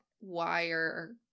wire